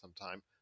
sometime